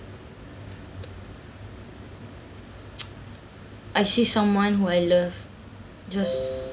I see someone who I love just